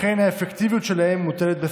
לכן האפקטיביות שלהם מוטלת בספק.